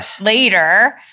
Later